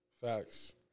Facts